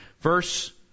Verse